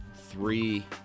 three